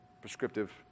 prescriptive